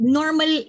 normal